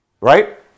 right